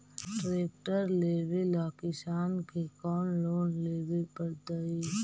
Tractor लेवेला किसान के कौन लोन लेवे पड़तई?